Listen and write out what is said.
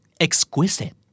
Exquisite